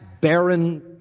barren